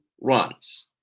runs